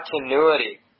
continuity